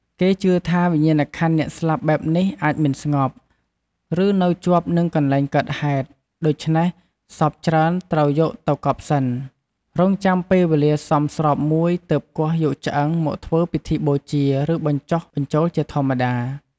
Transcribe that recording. គេជឿថា វិញ្ញាណក្ខន្ធអ្នកស្លាប់បែបនេះអាចមិនស្ងប់ ឬនៅជាប់នឹងកន្លែងកើតហេតុ ដូច្នេះ សពច្រើនតែត្រូវយកទៅកប់សិន រង់ចាំពេលវេលាសមស្របមួយ ទើបគាស់យកឆ្អឹងមកធ្វើពិធីបូជា ឬបញ្ចុះបញ្ចូលជាធម្មតា។